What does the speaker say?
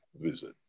visit